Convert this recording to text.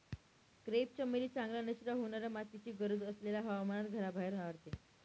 crepe चमेली चांगल्या निचरा होणाऱ्या मातीची गरज असलेल्या हवामानात घराबाहेर वाढते